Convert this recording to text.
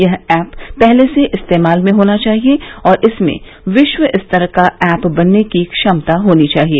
यह ऐप पहले से इस्तेमाल में होना चाहिए और इसमें विश्व स्तर का ऐप बनने की क्षमता होनी चाहिए